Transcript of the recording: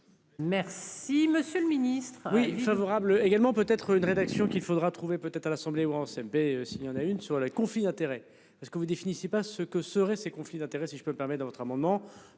Merci, monsieur le Ministre.